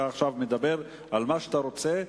עכשיו אתה מדבר על מה שאתה רוצה,